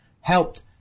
helped